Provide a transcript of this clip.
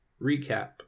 recap